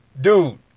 dude